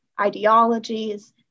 ideologies